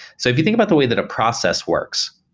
so if you think about the way that a process works,